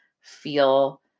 feel